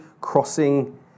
crossing